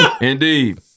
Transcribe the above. Indeed